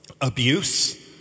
Abuse